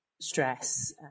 stress